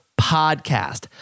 podcast